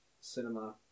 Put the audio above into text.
cinema